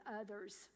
others